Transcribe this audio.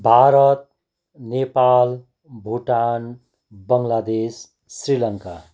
Bharat Nepal Bhutan Bangladesh Sri Lanka